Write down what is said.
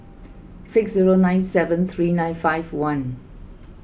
six zero nine seven three nine five one